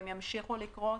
הם ימשיכו לקרות.